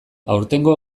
aurtengo